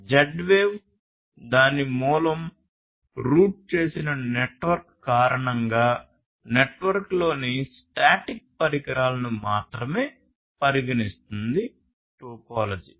Z wave దాని మూలం root చేసిన నెట్వర్క్కారణంగా నెట్వర్క్లోని స్టాటిక్ పరికరాలను మాత్రమే పరిగణిస్తుంది టోపోలాజీ